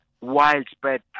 widespread